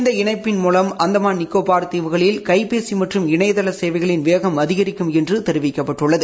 இந்த இணைப்பின் மூலம் அந்தமான் நிகோபார் தீவுகளில் கைபேசி மற்றும் இணையதள சேவைகளின் வேகம் அதிகரிக்கும் என்று தெரிவிக்கப்பட்டுள்ளது